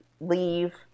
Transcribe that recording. Leave